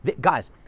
Guys